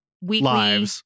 weekly